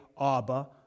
Abba